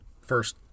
First